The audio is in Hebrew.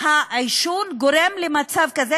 העישון גורם למצב כזה,